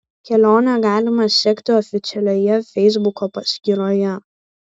kelionę galima sekti oficialioje feisbuko paskyroje